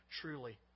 truly